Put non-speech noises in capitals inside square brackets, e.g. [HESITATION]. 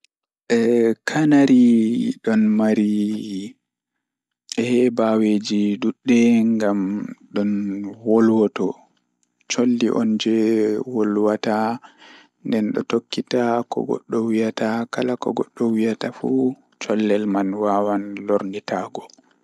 [HESITATION] Canary ɗon marii, hey baweejii ɗuɗɗeen gam ɗon wolwoto. Collii on jee wolwata nden ɗo tokkittaa kogodhowi’ataa, kala kogodhowi’ataa fuu Collel man wawan lornita go.